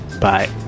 Bye